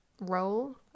role